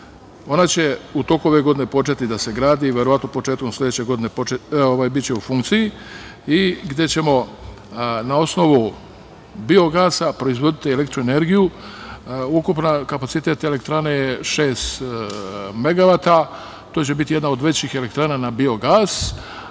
Ona će u toku ove godine početi da se gradi, verovatno početkom sledeće godine biće u funkciji, gde ćemo na osnovu biogasa proizvoditi električnu energiju. Ukupan kapacitet elektrane je 6 megavata. To će biti jedna od većih elektrana na biogas